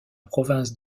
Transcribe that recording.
province